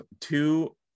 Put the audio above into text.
two